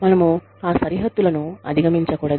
మనము ఆ సరిహద్దులను అధిగమించకూడదు